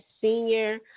senior